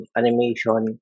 animation